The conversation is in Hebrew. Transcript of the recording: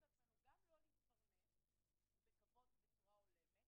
אנחנו לא יכולות להרשות לעצמנו גם לא להתפרנס בכבוד ובצורה הולמת